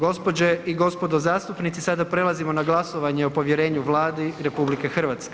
Gospođe i gospodo zastupnici sada prelazimo na glasovanje o povjerenju Vladi RH.